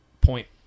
point